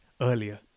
earlier